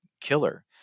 killer